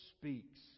speaks